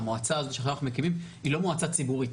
המועצה הזאת שאנחנו מקימים היא לא מועצה ציבורית.